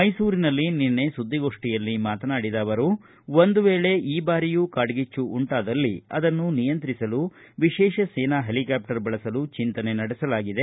ಮೈಸೂರಿನಲ್ಲಿ ನಿನ್ನೆ ಸುದ್ದಿಗೋಷ್ಠಿಯಲ್ಲಿ ಮಾತನಾಡಿದ ಅವರು ಒಂದು ವೇಳೆ ಈ ಬಾರಿಯೂ ಕಾಡ್ಗಿಚ್ಚು ಉಂಟಾದಲ್ಲಿ ಅದನ್ನು ನಿಯಂತತ್ರಿಸಲು ವಿಶೇಷ ಸೇನಾ ಹೆಲಿಕಾಪ್ಟರ್ ಬಳಸಲು ಚಿಂತನೆ ನಡೆಸಲಾಗಿದೆ